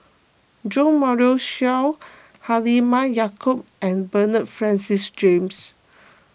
Jo Marion Seow Halimah Yacob and Bernard Francis James